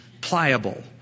pliable